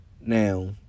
now